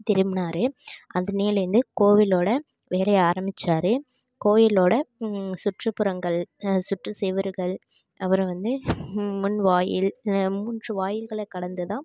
திரும்பினாரு அதுனேலேருந்து கோவிலோடய வேலையை ஆரம்மிச்சாரு கோவிலோடய சுற்றுப்புறங்கள் சுற்று சுவுருகள் அப்புறம் வந்து முன் வாயில் மூன்று வாயில்களை கடந்து தான்